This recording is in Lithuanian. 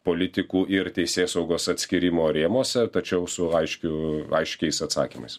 politikų ir teisėsaugos atskyrimo rėmuose tačiau su aiškiu aiškiais atsakymais